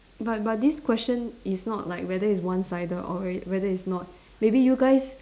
but but this question is not like whether it's one sided or whe~ whether it's not maybe you guys